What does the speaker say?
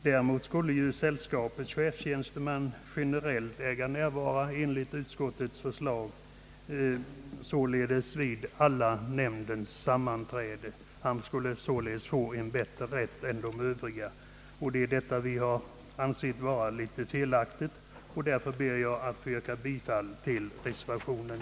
Däremot skulle sällskapens chefstjänstemän generellt äga närvara, enligt utskottets förslag, således vid alla sammanträden i nämnden. De skulle således få en bättre ställning än övriga. Det har vi ansett vara felaktigt. Jag ber därför att få yrka bifall till reservation 2.